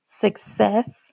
success